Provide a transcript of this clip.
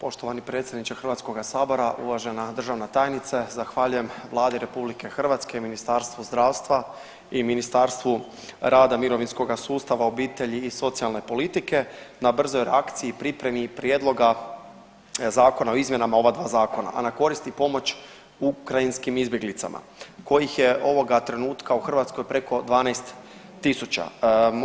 Poštovani predsjedniče HS, uvažena državna tajnice, zahvaljujem Vladi RH i Ministarstvu zdravstva i Ministarstvu rada, mirovinskoga sustava, obitelji i socijalne politike na brzoj reakciji i pripremi prijedloga zakona o izmjenama ova dva zakona, a na korist i pomoć ukrajinskim izbjeglicama kojih je ovoga trenutka u Hrvatskoj preko 12 tisuća.